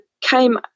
came